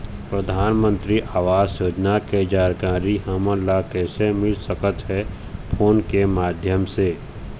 परधानमंतरी आवास योजना के जानकारी हमन ला कइसे मिल सकत हे, फोन के माध्यम से?